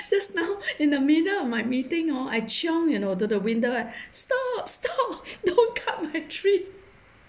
just now in the middle of my meeting hor I chiong you know to the window stop stop don't cut my tree